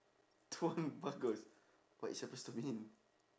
tuan bagus what is suppose to mean